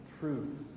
truth